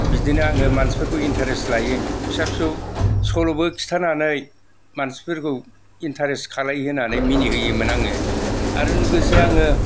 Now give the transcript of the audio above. बिदिनो आङो मानसिफोरखौ इन्ट्रेस्ट लायो फिसा फिसौ सल'बो खिथानानै मानसिफोरखौ इन्ट्रेस्ट खालाय होनानै मिनि होयोमोन आङो आरो लोगोसे आङो